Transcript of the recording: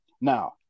Now